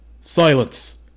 Silence